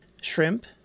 shrimp